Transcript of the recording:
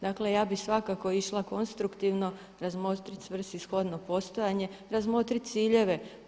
Dakle, ja bih svakako išla konstruktivno razmotrit svrsishodno postojanje, razmotrit ciljeve.